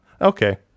Okay